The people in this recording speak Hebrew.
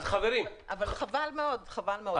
חברים --- אבל חבל מאוד, חבל מאוד.